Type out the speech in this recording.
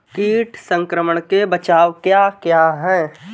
कीट संक्रमण के बचाव क्या क्या हैं?